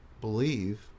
believe